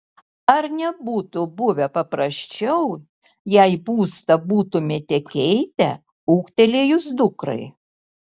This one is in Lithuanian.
ar nebūtų buvę paprasčiau jei būstą būtumėte keitę ūgtelėjus dukrai